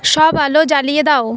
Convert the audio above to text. সব আলো জ্বালিয়ে দাও